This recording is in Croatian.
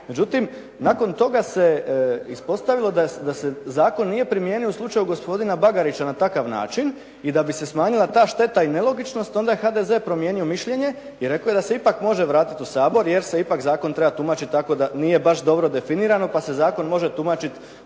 Međutim, nakon toga se ispostavilo da se zakon nije primijenio u slučaju gospodina Bagarića na takav način i da bi se smanjila ta šteta i nelogičnost, onda je HDZ promijenio mišljenje i rekao je da se ipak može vratiti u Sabor, jer se ipak zakon treba tumačiti tako da nije baš dobro definirano, pa se zakon može tumačiti